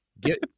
get